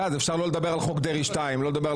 אפשר לא לדבר על חוק דרעי 2 ולא לדבר על